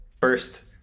first